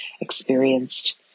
experienced